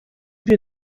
wir